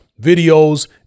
videos